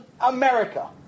America